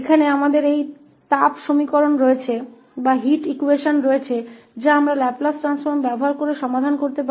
यहां हमारे पास यह हीट एक्वेशन है जिसे हम लाप्लास ट्रांसफॉर्म का उपयोग करके हल कर सकते हैं